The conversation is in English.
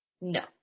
No